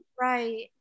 Right